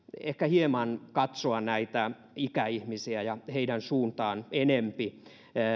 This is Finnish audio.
ehkä hieman katsoa näitä ikäihmisiä ja heidän suuntaansa enempi